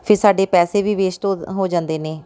ਫਿਰ ਸਾਡੇ ਪੈਸੇ ਵੀ ਵੇਸਟ ਹੋ ਹੋ ਜਾਂਦੇ ਨੇ